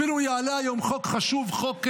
אפילו יעלה היום חוק חשוב המכונה חוק אונר"א.